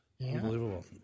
Unbelievable